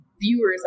viewers